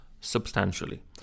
substantially